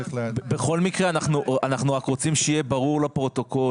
בכל מקרה אנחנו רק רוצים שיהיה ברור לפרוטוקול